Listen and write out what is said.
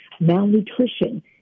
Malnutrition